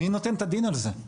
מי נותן את הדין על זה?